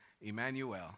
Emmanuel